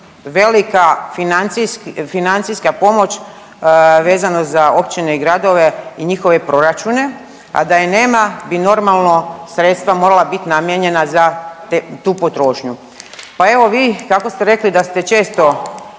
velika financijska pomoć vezano za općine i gradove i njihove proračune, a da je nema bi normalno sredstva morala bit namijenjena za tu potrošnju. Pa evo vi kako ste rekli da ste često